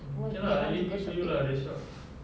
would get on to the shopping